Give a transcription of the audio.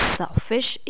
selfish